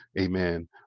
Amen